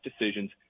decisions